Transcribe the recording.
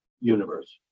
universe